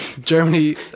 Germany